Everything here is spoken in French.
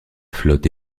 flotte